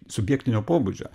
subjektinio pobūdžio